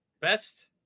best